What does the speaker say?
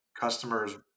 customers